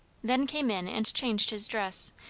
then came in and changed his dress,